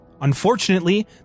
Unfortunately